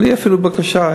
בלי אפילו בקשה,